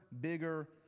bigger